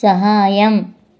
సహాయం